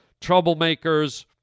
troublemakers